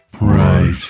Right